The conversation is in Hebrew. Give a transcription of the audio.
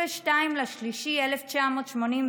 ב-22 במרץ 1988,